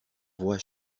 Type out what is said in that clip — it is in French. voix